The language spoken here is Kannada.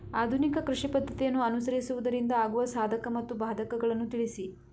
ಆಧುನಿಕ ಕೃಷಿ ಪದ್ದತಿಯನ್ನು ಅನುಸರಿಸುವುದರಿಂದ ಆಗುವ ಸಾಧಕ ಮತ್ತು ಬಾಧಕಗಳನ್ನು ತಿಳಿಸಿ?